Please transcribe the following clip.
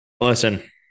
Listen